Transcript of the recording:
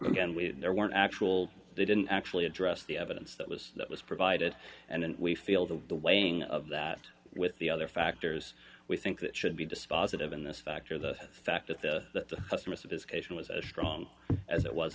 again when there weren't actual they didn't actually address the evidence that was that was provided and we feel that the weighing of that with the other factors we think that should be dispositive in this factor the fact that the customer sophistication was as strong as it was